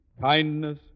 Kindness